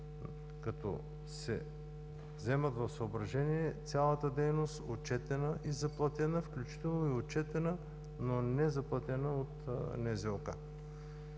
като се вземе под внимание цялата дейност – отчетена и заплатена, включително и отчетена, но незаплатена от НЗОК.